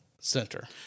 center